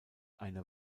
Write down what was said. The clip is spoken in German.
eine